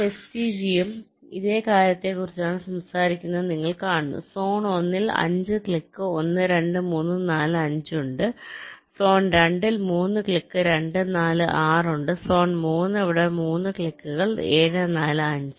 HCG യും ഇതേ കാര്യത്തെക്കുറിച്ച് സംസാരിക്കുന്നത് നിങ്ങൾ കാണുന്നു സോൺ 1 ൽ 5 ക്ലിക് 1 2 3 4 5 ഉണ്ട് സോൺ 2 ൽ 3 ക്ലിക് 2 4 6 ഉണ്ട് സോൺ 3 അവിടെ 3 ക്ലിക്കുകൾ 7 4 5